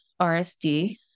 RSD